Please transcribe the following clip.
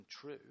true